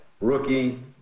rookie